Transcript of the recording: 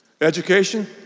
Education